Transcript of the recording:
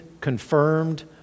confirmed